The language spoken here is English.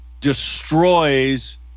destroys